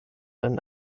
ein